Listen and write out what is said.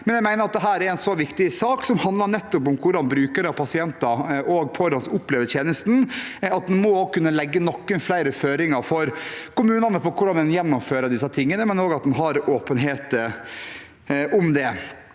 men jeg mener at dette er en så viktig sak – som handler om hvordan brukere, pasienter og pårørende opplever tjenesten – at en må kunne legge noen flere føringer for kommunene på hvordan en gjennomfører disse tingene, og også at en har åpenhet om det.